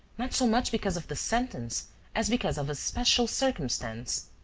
not so much because of the sentence as because of a special circumstance.